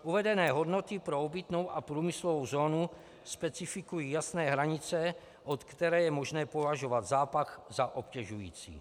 Uvedené hodnoty pro obytnou a průmyslovou zónu specifikují jasné hranice, od které je možné považovat zápach za obtěžující.